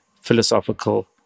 philosophical